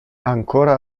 ancora